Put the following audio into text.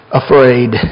afraid